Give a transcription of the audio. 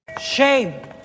shame